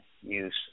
use